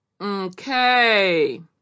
Okay